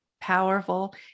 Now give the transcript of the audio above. powerful